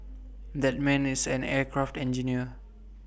that man is an aircraft engineer